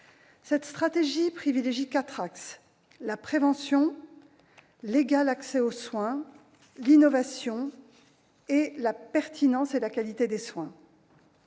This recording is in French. Cette stratégie privilégie quatre axes : la prévention, l'égal accès aux soins, l'innovation et la pertinence et la qualité des soins.